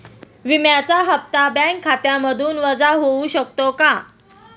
विम्याचा हप्ता बँक खात्यामधून वजा होऊ शकतो का?